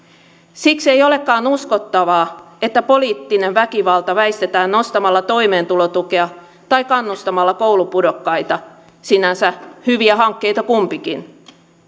siksei olekaan uskottavaa että poliittinen väkivalta väistetään nostamalla toimeentulotukea tai kannustamalla koulupudokkaita sinänsä hyviä hankkeita kumpikin